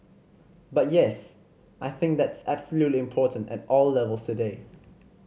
but yes I think that's absolutely important at all levels today